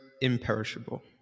imperishable